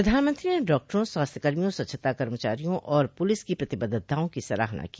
प्रधानमंत्री ने डॉक्टरों स्वास्थ्य कर्मियों स्वच्छता कर्मचारियों और पुलिस की प्रतिबद्धताओं की सराहना की